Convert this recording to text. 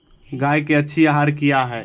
गाय के अच्छी आहार किया है?